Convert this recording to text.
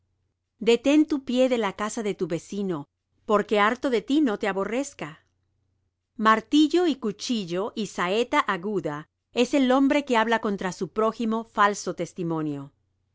detén tu pie de la casa de tu vecino porque harto de ti no te aborrezca martillo y cuchillo y saeta aguda es el hombre que habla contra su prójimo falso testimonio